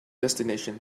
destination